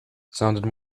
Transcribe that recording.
sounded